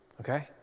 Okay